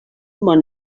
món